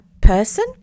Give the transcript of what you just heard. person